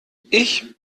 ich